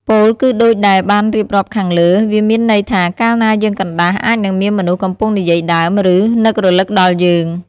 ពោលគឺដូចដែលបានរៀបរាប់ខាងលើ វាមានន័យថា កាលណាយើងកណ្ដាស់ អាចនឹងមានមនុស្សកំពុងនិយាយដើម ឬ នឹករឭកដល់យើង។